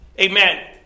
Amen